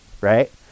right